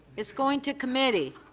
it's going to committee.